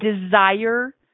desire